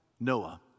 Noah